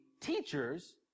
teachers